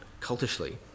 cultishly